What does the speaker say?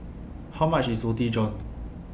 How much IS Roti John